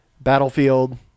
Battlefield